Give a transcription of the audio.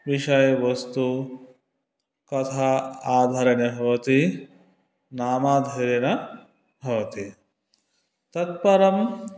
विषयवस्तु कथा आधारेण भवति नामाधारेण भवति तत्परम्